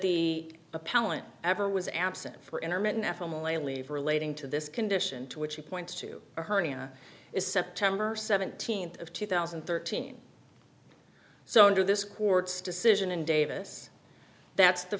appellant ever was absent for intermittent f m elaine leave relating to this condition to which he pointed to a hernia is september seventeenth of two thousand and thirteen so under this court's decision in davis that's the